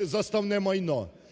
заставне майно.